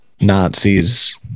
Nazis